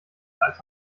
als